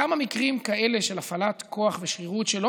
כמה מקרים כאלה של הפעלת כוח ושרירות שלא